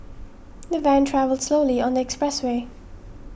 the van travelled slowly on the expressway